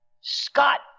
Scott